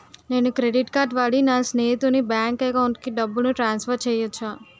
నేను credit card వాడి నా స్నేహితుని బ్యాంక్ అకౌంట్ కి డబ్బును ట్రాన్సఫర్ చేయచ్చా?